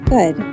Good